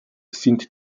sind